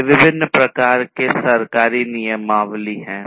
ये विभिन्न प्रकार के सरकारी नियमावली हैं